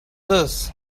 this